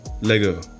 Lego